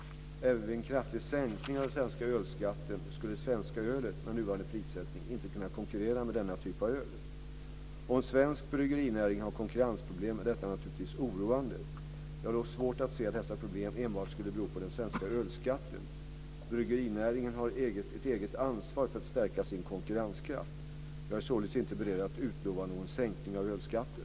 Även vid en kraftig sänkning av den svenska ölskatten skulle det svenska ölet, med nuvarande prissättning, inte kunna konkurrera med denna typ av öl. Om svensk bryggerinäring har konkurrensproblem är detta naturligtvis oroande. Jag har dock svårt att se att dessa problem enbart skulle bero på den svenska ölskatten. Bryggerinäringen har ett eget ansvar för att stärka sin konkurrenskraft. Jag är således inte beredd att utlova någon sänkning av ölskatten.